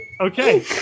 Okay